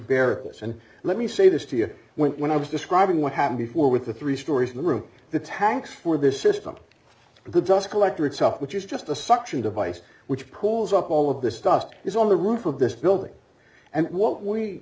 barrels and let me say this to you when i was describing what happened before with the three stories in the room the tanks for this system the dust collector itself which is just a suction device which pulls up all of this dust is on the roof of this building and what we